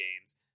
games